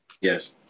Yes